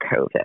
COVID